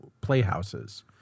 playhouses